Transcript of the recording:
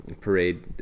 parade